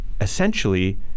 essentially